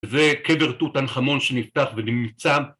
וקבר תות ענח אמון שנפתח ונמצא.